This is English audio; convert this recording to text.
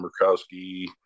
Murkowski